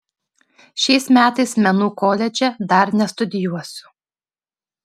šiais metais menų koledže dar nestudijuosiu